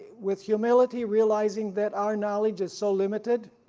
with humility realizing that our knowledge is so limited,